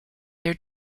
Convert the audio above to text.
their